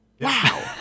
Wow